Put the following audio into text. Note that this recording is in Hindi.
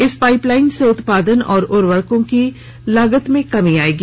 इस पाइपलाईन से उत्पादन और उर्वरकों की लागत में कमी आएगी